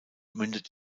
mündet